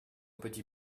petit